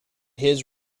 his